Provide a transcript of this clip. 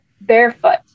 barefoot